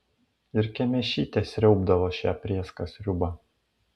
ir kemėšytė sriaubdavo šią prėską sriubą